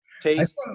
taste